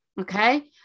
okay